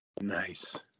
Nice